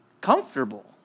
comfortable